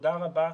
תודה רבה.